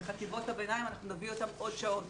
בחטיבות הביניים אנחנו נביא אותם לעוד שעות